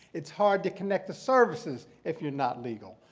it's hard to connect to services if you're not legal.